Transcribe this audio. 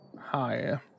Hi